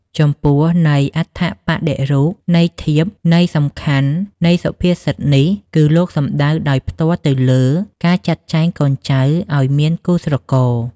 ចំពោះន័យអត្ថប្បដិរូប ន័យធៀប ន័យសំខាន់នៃសុភាសិតនេះ គឺលោកសំដៅដោយផ្ទាល់ទៅលើ ការចាត់ចែងកូនចៅឱ្យមានគូស្រករ។